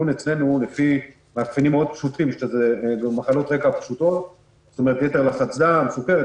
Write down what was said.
פשוטות: יתר לחץ דם, סוכרת.